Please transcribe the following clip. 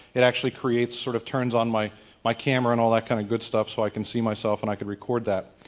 it actually creates sort of turns on my my camera and all that kind of good stuff so i can see myself and i could record that.